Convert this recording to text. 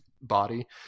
body